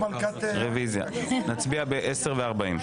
רביזיה נצביע ב-10:40.